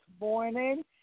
morning